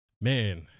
man